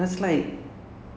not bad sia